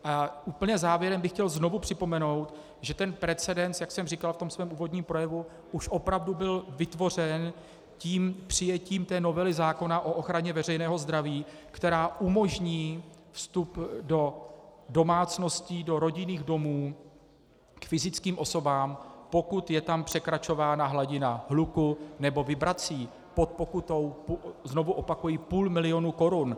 A úplně závěrem bych chtěl znovu připomenout, že precedens, jak jsem říkal ve svém úvodním projevu, už opravdu byl vytvořen přijetím novely zákona o ochraně veřejného zdraví, která umožní vstup do domácností, do rodinných domů fyzickým osobám, pokud je tam překračována hladina hluku nebo vibrací pod pokutou, znovu opakuji, půl milionu korun.